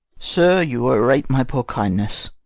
sir, you o'errate my poor kindness.